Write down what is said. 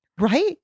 Right